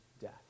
death